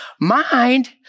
Mind